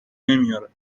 نمیاره